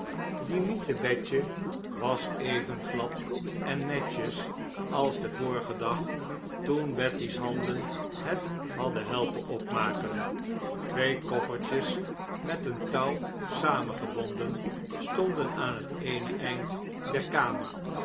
diemiten bedje was even glad en netjes als den vorigen dag toen betty's handen het hadden helpen opmaken twee koffertjes met een touw samengebonden stonden aan het eene eind der kamer